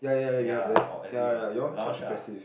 ya or lounge ah